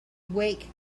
wake